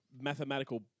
mathematical